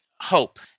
hope